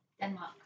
Denmark